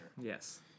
Yes